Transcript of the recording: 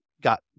got